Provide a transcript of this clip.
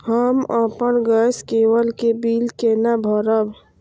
हम अपन गैस केवल के बिल केना भरब?